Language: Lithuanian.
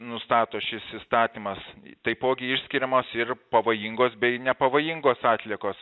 nustato šis įstatymas taipogi išskiriamos ir pavojingos bei nepavojingos atliekos